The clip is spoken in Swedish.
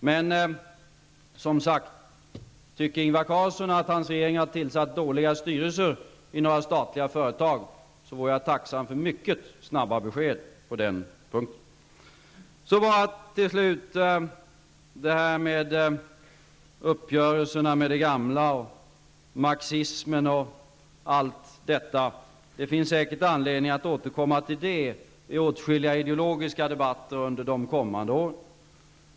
Men som sagt, om Ingvar Carlsson tycker att hans regering har tillsatt dåliga styrelser i några statliga företag vore jag tacksam för mycket snabba besked på den punkten. Till slut detta med uppgörelserna med det gamla, marxismen och allt detta. Det finns säkert anledning att återkomma till det i åtskilliga ideologiska debatter under de kommande åren.